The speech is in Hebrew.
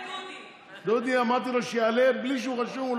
לדודי אמרתי שיעלה בלי שהוא רשום.